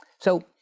so,